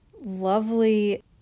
lovely